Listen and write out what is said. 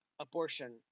abortion